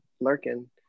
lurking